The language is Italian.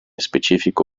specifico